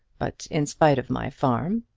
but in spite of my farm,